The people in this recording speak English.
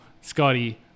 Scotty